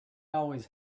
always